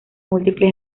múltiple